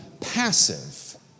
passive